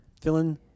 Feeling